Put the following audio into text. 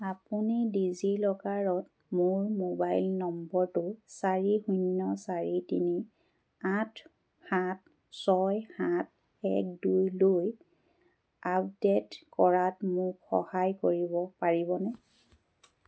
আপুনি ডিজিলকাৰত মোৰ মোবাইল নম্বৰটো চাৰি শূন্য চাৰি তিনি আঠ সাত ছয় সাত এক দুইলৈ আপডেট কৰাত মোক সহায় কৰিব পাৰিবনে